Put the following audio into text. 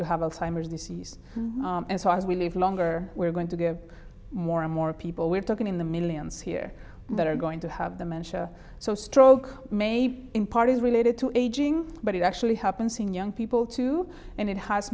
to have a disease and so as we live longer we're going to get more and more people we're talking in the millions here that are going to have the measure so stroke maybe in part is related to aging but it actually happens in young people too and it has